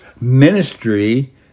ministry